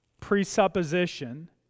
presupposition